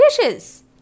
dishes